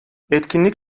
etkinlik